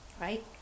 right